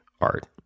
art